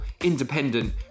independent